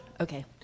Okay